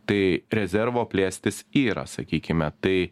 tai rezervo plėstis yra sakykime tai